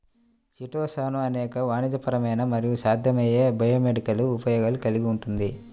chitosan అనేక వాణిజ్యపరమైన మరియు సాధ్యమయ్యే బయోమెడికల్ ఉపయోగాలు కలిగి ఉంటుంది